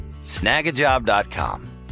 Snagajob.com